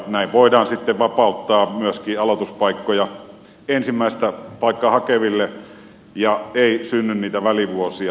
näin voidaan sitten vapauttaa myöskin aloituspaikkoja ensimmäistä paikkaa hakeville ja ei synny niitä välivuosia